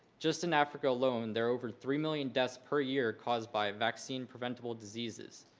just in africa alone, there are over three million deaths per year caused by vaccine preventable diseases.